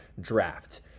draft